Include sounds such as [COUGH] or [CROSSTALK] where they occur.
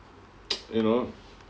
[NOISE] you know